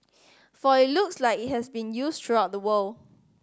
for it looks like it has been used throughout the world